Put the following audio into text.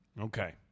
Okay